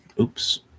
Oops